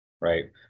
right